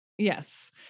Yes